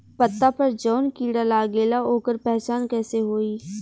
पत्ता पर जौन कीड़ा लागेला ओकर पहचान कैसे होई?